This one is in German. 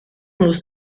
muss